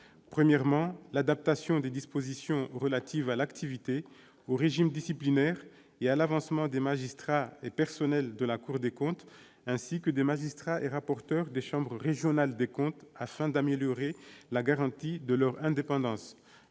premier est l'adaptation des dispositions relatives à l'activité, au régime disciplinaire et à l'avancement des magistrats et personnels de la Cour des comptes, ainsi que des magistrats et rapporteurs des chambres régionales et territoriales des comptes afin d'améliorer la garantie de leur indépendance.